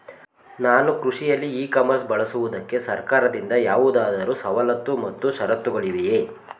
ನಾನು ಕೃಷಿಯಲ್ಲಿ e commerce ಬಳಸುವುದಕ್ಕೆ ಸರ್ಕಾರದಿಂದ ಯಾವುದಾದರು ಸವಲತ್ತು ಮತ್ತು ಷರತ್ತುಗಳಿವೆಯೇ?